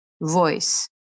voice